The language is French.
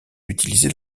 utiliser